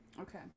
Okay